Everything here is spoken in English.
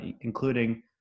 including